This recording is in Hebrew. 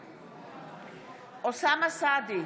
בעד אוסאמה סעדי,